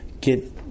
get